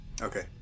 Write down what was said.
Okay